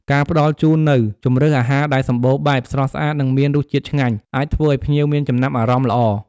ការផ្តល់ជូននូវ ជម្រើសអាហារដែលសម្បូរបែប ស្រស់ស្អាត និងមានរសជាតិឆ្ងាញ់ អាចធ្វើឲ្យភ្ញៀវមានចំណាប់អារម្មណ៍ល្អ។